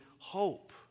hope